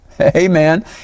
Amen